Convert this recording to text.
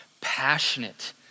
passionate